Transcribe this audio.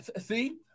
see